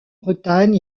bretagne